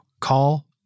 Call